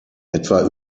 etwa